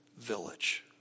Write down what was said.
village